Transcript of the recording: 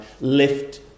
lift